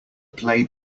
play